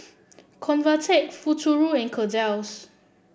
Convatec Futuro and Kordel's